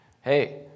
hey